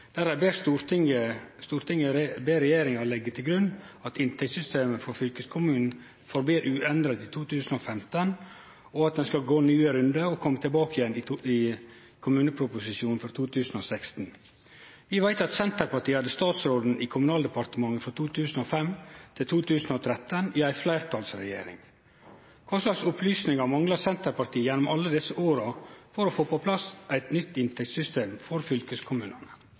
Stortinget ber regjeringa leggje til grunn at inntektssystemet for fylkeskommunane blir verande uendra i 2015, og at ein skal gå nye rundar og kome tilbake igjen i kommuneproposisjonen for 2016. Vi veit at Senterpartiet frå 2005 til 2013 hadde statsråden i Kommunaldepartementet i ei fleirtalsregjering. Kva slags opplysningar mangla Senterpartiet gjennom alle desse åra for å få på plass eit nytt inntektssystem for fylkeskommunane?